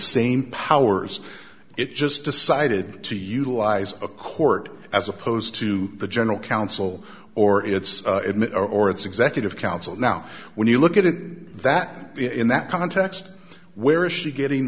same powers it just decided to utilize a court as opposed to the general counsel or its or its executive council now when you look at it that in that context where is she getting